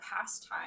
pastime